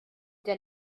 der